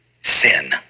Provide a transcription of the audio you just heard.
sin